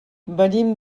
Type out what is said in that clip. venim